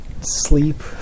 sleep